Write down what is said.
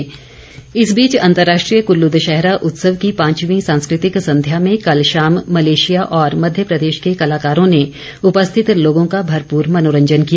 सांस्कृतिक संध्या इस बीच अंतर्राष्ट्रीय कुल्लू दशहरा उत्सव की पांचवीं सांस्कृतिक संध्या में कल शाम मलेशिया और मध्य प्रदेश के कलाकारों ने उपस्थित लोगों का भरपूर मनोरंजन किया